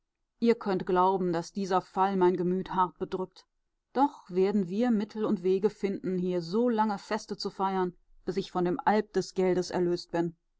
ihr könnt glauben daß dieser fall mein gemüt hart bedrückt doch werden wir mittel und wege finden hier so lange feste zu feiern bis ich von dem alp des geldes erlöst bin